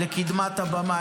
לקדמת הבמה.